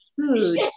food